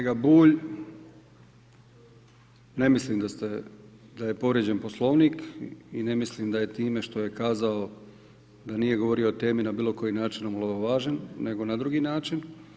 Kolega Bulj ne mislim da je povrijeđen Poslovnik i ne mislim da je time što je kazao da nije govorio o temi na bilo koji način omalovažen nego na drugi način.